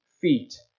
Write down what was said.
feet